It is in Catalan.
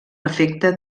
efecte